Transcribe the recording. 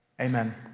Amen